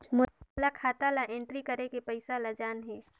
मोला खाता ला एंट्री करेके पइसा ला जान हे?